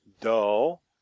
dull